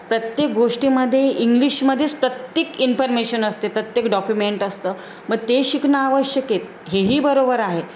प्रत्येक गोष्टीमध्ये इंग्लिशमध्येच प्रत्येक इन्फॉर्मेशन असते प्रत्येक डॉक्युमेंट असतं मग ते शिकणं आवश्यक आहेत हेही बरोबर आहे